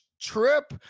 trip